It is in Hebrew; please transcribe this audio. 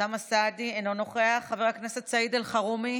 אינו נוכח, חבר הכנסת סעיד אלחרומי,